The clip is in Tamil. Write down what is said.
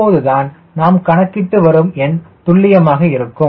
அப்போதுதான் நாம் கணக்கிட்டு வரும் எண் துல்லியமாக இருக்கும்